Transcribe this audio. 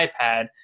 iPad